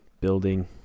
building